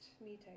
meeting